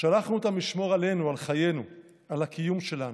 שלחנו אותם לשמור עלינו, על חיינו, על הקיום שלנו,